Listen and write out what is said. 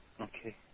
Okay